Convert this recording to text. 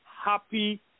happy